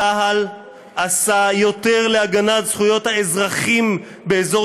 צ"ל עשה יותר להגנת זכויות האזרחים באזור